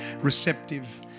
receptive